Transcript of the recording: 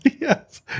Yes